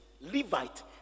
Levite